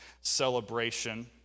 celebration